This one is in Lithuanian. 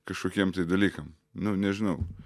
kažkokiem tai dalykam nu nežinau